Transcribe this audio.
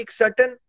certain